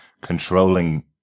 controlling